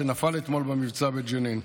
שנפל אתמול במבצע בג'נין.